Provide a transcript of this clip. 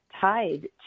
tied